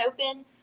open